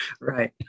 Right